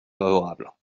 favorables